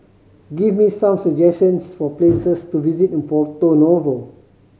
give me some suggestions for places to visit in Porto Novo